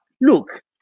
look